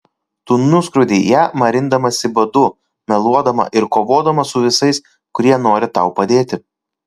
tu nuskriaudei ją marindamasi badu meluodama ir kovodama su visais kurie nori tau padėti